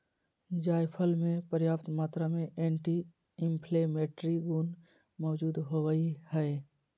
जायफल मे प्रयाप्त मात्रा में एंटी इंफ्लेमेट्री गुण मौजूद होवई हई